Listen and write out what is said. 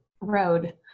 road